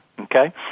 Okay